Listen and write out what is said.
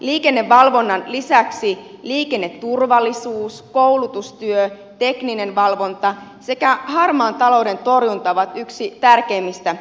liikennevalvonnan lisäksi liikenneturvallisuus koulutustyö tekninen valvonta sekä harmaan talouden torjunta ovat eräitä tärkeimmistä töistä